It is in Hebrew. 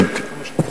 גברתי.